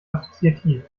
assoziativ